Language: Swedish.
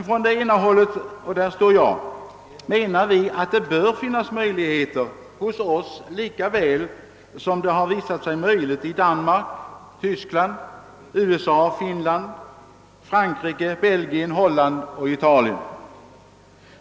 Från det ena hållet — och dit räknar jag mig — hävdas att det bör finnas möjligheter att göra avdrag hos oss lika väl som det har visat sig möjligt i Danmark, Tyskland, USA, Finland, Frankrike, Belgien, Holland och Italien.